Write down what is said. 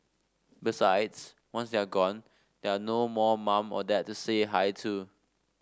besides once they are gone there no more mum or dad to say hi to